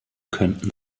könnten